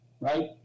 right